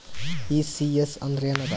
ECS ಅಂದ್ರ ಏನದ?